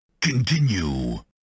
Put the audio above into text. continue